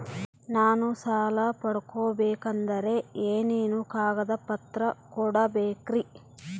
ನಾನು ಸಾಲ ಪಡಕೋಬೇಕಂದರೆ ಏನೇನು ಕಾಗದ ಪತ್ರ ಕೋಡಬೇಕ್ರಿ?